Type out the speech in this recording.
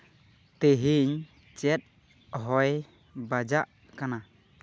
ᱛᱮᱦᱮᱧ ᱪᱮᱫ ᱦᱚᱭ ᱵᱟᱡᱟᱜ ᱠᱟᱱᱟ